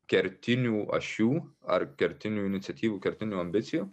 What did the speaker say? kertinių ašių ar kertinių iniciatyvų kertinių ambicijų